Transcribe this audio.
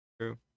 True